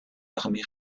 armée